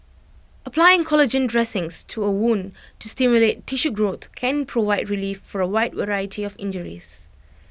applying collagen dressings to A wound to stimulate tissue growth can provide relief for A wide variety of injuries